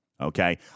okay